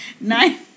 nine